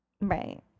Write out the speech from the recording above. right